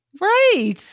Right